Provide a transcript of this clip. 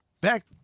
back